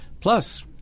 Plus